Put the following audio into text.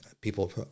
people